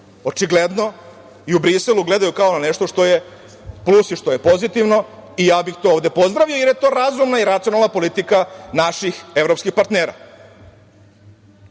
očigledno i u Briselu gledaju kao na nešto što je plus i nešto što je pozitivno i ja bih to ovde pozdravio, jer je to razumna i racionalna politika naših evropskih